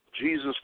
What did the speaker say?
Jesus